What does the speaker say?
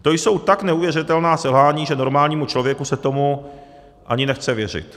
To jsou tak neuvěřitelná selhání, že normálnímu člověku se tomu ani nechce věřit.